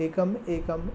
एकम् एकं